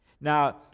Now